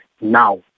Now